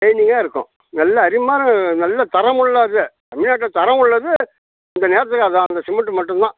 சைனிங்கா இருக்கும் நல்ல அருமையானது நல்ல தரமுள்ளது தமிழ்நாட்ல தரம் உள்ளது இந்த நேரத்தில் அதுதான் அந்த சிமெண்ட்டு மட்டும் தான்